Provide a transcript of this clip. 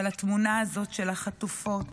אבל התמונה הזאת של החטופות,